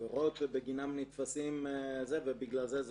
העבירות שבגינן נתפסים ובגלל זה הן